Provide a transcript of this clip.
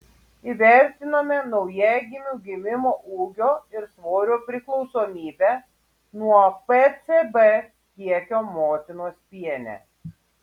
įvertinome naujagimių gimimo ūgio ir svorio priklausomybę nuo pcb kiekio motinos piene